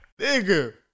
nigga